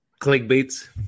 Clickbait